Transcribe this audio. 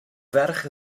ferch